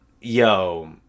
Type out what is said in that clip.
yo